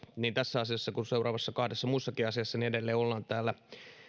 niin tässä asiassa kuin seuraavassa kahdessa muussakin asiassa edelleen ollaan täällä